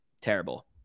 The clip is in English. terrible